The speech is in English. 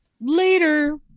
Later